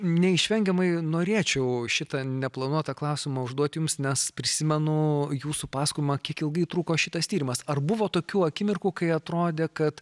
neišvengiamai norėčiau šitą neplanuotą klausimą užduoti jums nes prisimenu jūsų pasakojimą kiek ilgai truko šitas tyrimas ar buvo tokių akimirkų kai atrodė kad